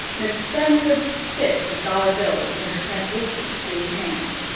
and extends a fist of dollar bills in her translucent blue hand.